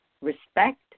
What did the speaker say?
Respect